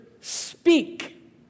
speak